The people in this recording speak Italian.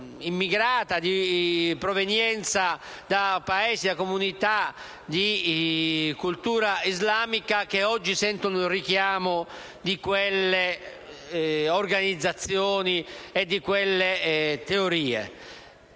immigrate da Paesi e comunità di cultura islamica, che oggi sentono il richiamo di quelle organizzazioni e di quelle teorie.